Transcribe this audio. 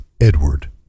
Edward